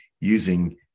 using